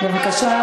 בבקשה,